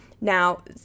Now